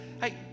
hey